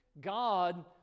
God